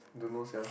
don't know sia